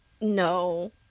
No